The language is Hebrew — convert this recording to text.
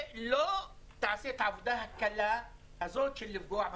ולא תעשה את העבודה הקלה הזו של לפגוע בצרכנים.